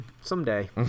Someday